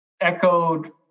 echoed